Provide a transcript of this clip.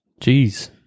Jeez